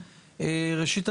ראשית,